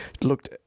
looked